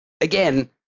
Again